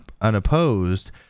unopposed